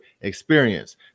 experience